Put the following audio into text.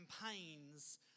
campaigns